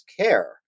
care